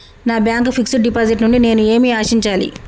నా bank fixed deposit నుండి నేను ఏమి ఆశించాలి?